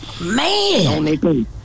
Man